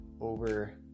over